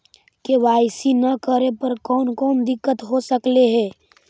KYC न करे पर कौन कौन दिक्कत हो सकले हे?